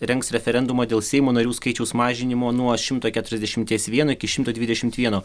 rengs referendumą dėl seimo narių skaičiaus mažinimo nuo šimta keturiasdešimties vieno iki šimto dvidešimt vieno